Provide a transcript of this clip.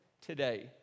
today